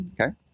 Okay